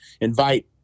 invite